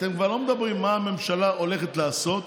אתם כבר לא אומרים מה הממשלה הולכת לעשות,